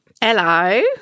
Hello